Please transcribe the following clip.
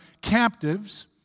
captives